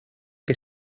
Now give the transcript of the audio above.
que